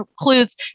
includes